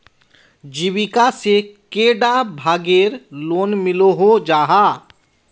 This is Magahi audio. जीविका से कैडा भागेर लोन मिलोहो जाहा?